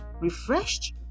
refreshed